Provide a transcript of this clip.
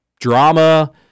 drama